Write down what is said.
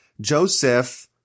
Joseph